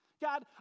God